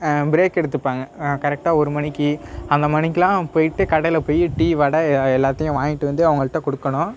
break எடுத்துப்பாங்க கரெக்டாக ஒருமணிக்கு அந்த மணிக்கெலாம் போயிட்டு கடையில் போய் டீ வடை எல்லாத்தையும் வாங்கிட்டு வந்து அவங்கள்ட்ட கொடுக்கணும்